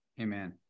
Amen